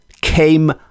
came